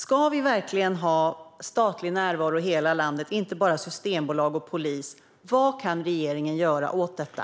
Om vi verkligen ska ha statlig närvaro i hela landet - och inte bara Systembolag och polis - undrar jag vad regeringen kan göra åt detta.